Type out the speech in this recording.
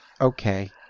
Okay